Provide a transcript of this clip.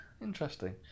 Interesting